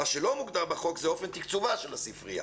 מה שלא מוגדר בחוק זה אופן תקצובה של הספרייה.